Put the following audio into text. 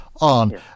on